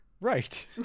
right